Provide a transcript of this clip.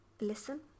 listen